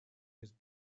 his